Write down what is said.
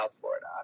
Florida